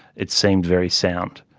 it seems very sound.